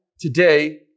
today